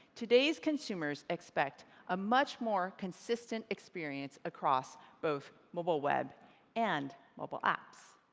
today's consumers expect a much more consistent experience across both mobile web and mobile apps.